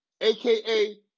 AKA